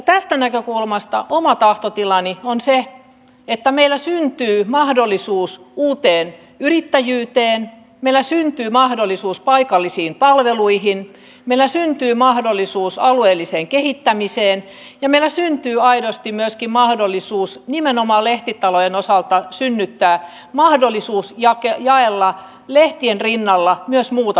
tästä näkökulmasta oma tahtotilani on se että meillä syntyy mahdollisuus uuteen yrittäjyyteen meillä syntyy mahdollisuus paikallisiin palveluihin meillä syntyy mahdollisuus alueelliseen kehittämiseen ja meillä syntyy aidosti myöskin mahdollisuus nimenomaan lehtitalojen osalta jaella lehtien rinnalla myös muuta postia